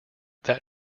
that